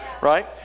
right